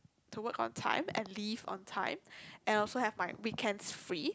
to work on time and leave on time and also have my weekends free